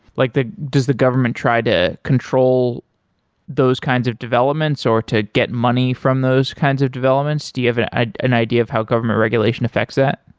like does the government try to control those kinds of developments, or to get money from those kinds of developments? do you have an ah an idea of how government regulation affects that?